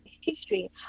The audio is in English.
history